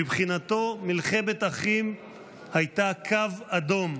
מבחינתו, מלחמת אחים הייתה קו אדום.